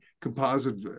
composite